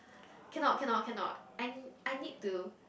cannot cannot cannot I I need to